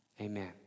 Amen